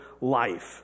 life